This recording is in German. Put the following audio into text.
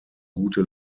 gute